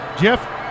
Jeff